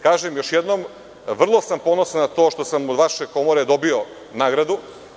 Kažem još jednom, vrlo sam ponosan na to što sam od vaše komore dobio nagradu.